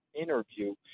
interview